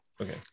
Okay